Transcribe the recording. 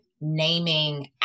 naming